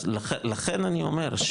אז לכן אני אומר,